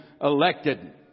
elected